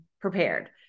prepared